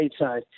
stateside